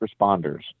responders